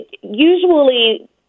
usually